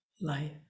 life